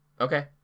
Okay